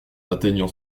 atteignant